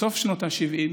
בסוף שנות השבעים,